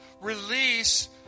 release